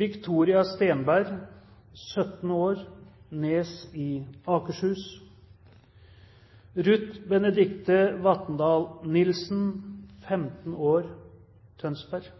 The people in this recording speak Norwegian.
Victoria Stenberg, 17 år, Nes i Akershus Ruth Benedichte Vatndal Nilsen, 15 år, Tønsberg